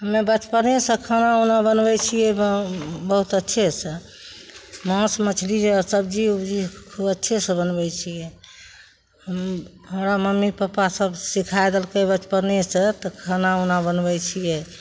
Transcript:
हमे बचपनेसँ खाना ओना बनबय छियै बहुत अच्छेसँ माँस मछली जे सब्जी उब्जी खूब अच्छेसँ बनबय छियै हम हमरा मम्मी पप्पा सब सिखाय देलकय बचपनेसँ तऽ खाना उना बनबय छियै